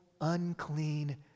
unclean